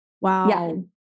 Wow